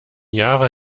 jahre